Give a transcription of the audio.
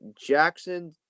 Jackson